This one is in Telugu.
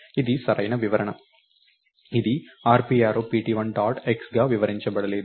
ఇది సరైన వివరణ ఇది rp యారో pt1 డాట్ xగా వివరించబడలేదు